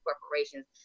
corporations